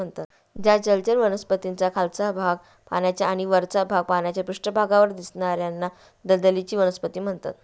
ज्या जलचर वनस्पतींचा खालचा भाग पाण्यात आणि वरचा भाग पाण्याच्या पृष्ठभागावर दिसणार्याना दलदलीची वनस्पती म्हणतात